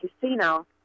Casino